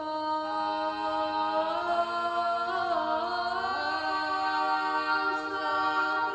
um